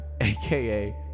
aka